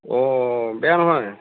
অঁ বেয়া নহয়